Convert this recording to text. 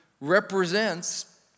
represents